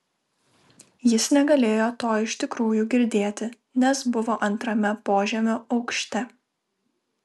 jis negalėjo to iš tikrųjų girdėti nes buvo antrame požemio aukšte